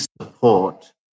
support